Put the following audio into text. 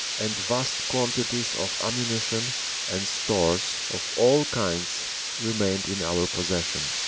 and vast quantities of ammunition and stores of all kinds remained in our possession.